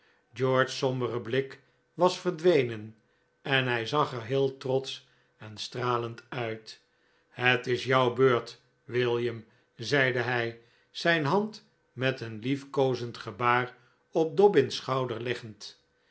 george's sombere blik was verdwenen en hij zag er heel trotsch en stralend uit het is jouw beurt william zeide hij zijn hand met een liefkoozend gebaar op dobbin's schouder leggend